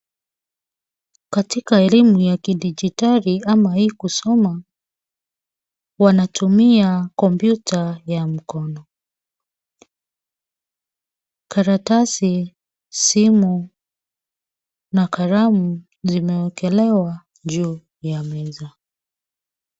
Katika elimu ya kidijitali ama e-kusoma , wanatumia kompyuta ya mkono. Karatasi, simu, na kalamu zimewekelewa juu ya meza.